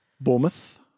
Bournemouth